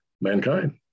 mankind